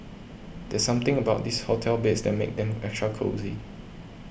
there's something about this hotel beds that makes them extra cosy